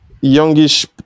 youngish